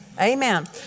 Amen